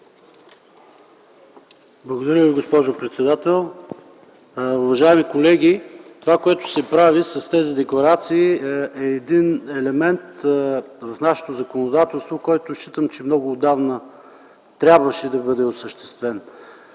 Благодаря, госпожо председател. Уважаеми колеги, това, което се прави с тези декларации, е един елемент в нашето законодателство, който много отдавна трябваше да бъде осъществен.